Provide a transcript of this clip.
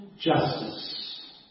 justice